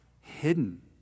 hidden